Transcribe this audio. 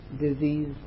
disease